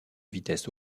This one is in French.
vitesse